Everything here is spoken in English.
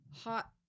hot